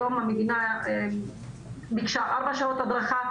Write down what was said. היום המדינה ביקשה ארבע שעות הדרכה.